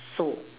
soul